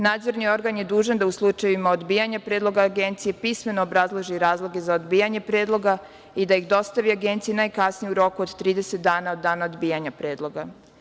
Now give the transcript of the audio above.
Nadzorni organ je dužan da u slučajevima odbijanja predloga Agencije, pismeno obrazloži razloge za odbijanje predloga i da ih dostavi Agenciji najkasnije u roku od 30 dana od dana odbijanja predloga.